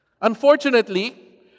Unfortunately